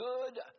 good